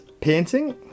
painting